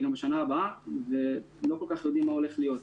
גם בשנה הבאה ולא כל כך יודעים מה הולך להיות.